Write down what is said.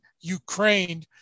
Ukraine